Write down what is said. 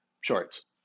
shorts